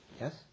Yes